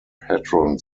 patron